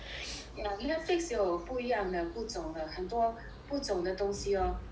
yah Netflix 有不一样的不种的很多不种的东西哦